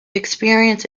experience